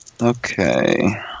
Okay